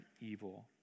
evil